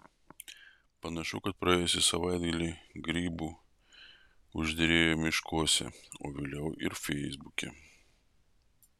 panašu kad praėjusį savaitgalį grybų užderėjo miškuose o vėliau ir feisbuke